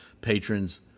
Patrons